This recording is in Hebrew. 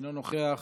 אינו נוכח.